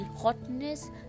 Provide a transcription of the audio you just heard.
hotness